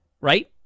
right